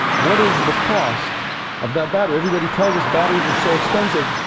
what is the cost of that battery? everybody tells us batteries are so expensive.